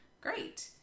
great